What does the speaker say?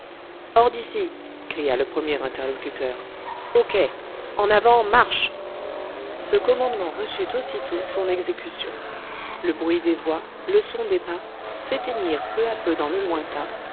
hors d'ici cria le premier interlocuteur au quai en avant marche ce commandement reçut aussitôt son exécution le bruit des voix le son des pas s'éteignirent peu à peu dans le lointain